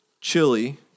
Chili